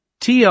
TR